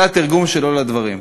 זה התרגום שלו לדברים.